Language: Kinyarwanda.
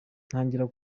ntangira